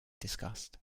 discussed